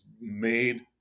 made